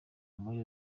muri